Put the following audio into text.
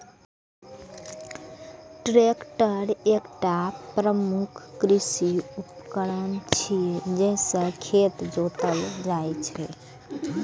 tractor एकटा प्रमुख कृषि उपकरण छियै, जइसे खेत जोतल जाइ छै